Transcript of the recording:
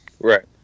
right